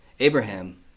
Abraham